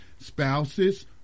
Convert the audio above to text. spouses